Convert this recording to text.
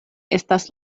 estas